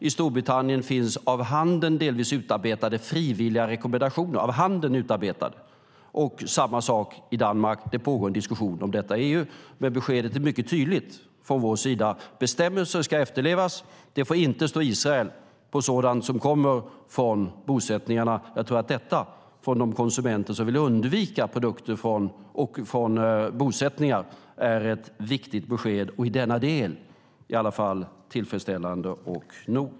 I Storbritannien finns av handeln utarbetade frivilliga rekommendationer. Samma sak är det i Danmark. Det pågår en diskussion om detta i EU, men beskedet är mycket tydligt från vår sida: Bestämmelser ska efterlevas. Det får inte stå Israel på sådant som kommer från bosättningarna. Jag tror att detta är ett viktigt besked och i alla fall i denna del tillfredsställande och nog för de konsumenter som vill undvika produkter från bosättningar.